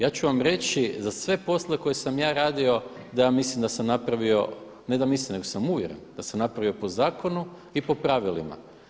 Ja ću vam reći za sve poslove koje sam ja radio da ja mislim da sam napravio, ne da mislim nego sam uvjeren da sam napravio po zakonu i po pravilima.